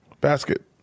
basket